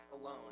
alone